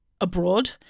abroad